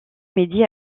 midi